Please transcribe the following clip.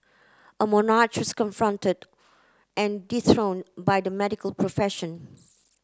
a monarch was confronted and dethroned by the medical profession